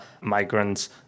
migrants